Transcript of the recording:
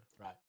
Right